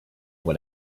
what